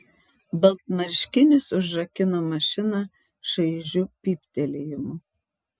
baltmarškinis užrakino mašiną šaižiu pyptelėjimu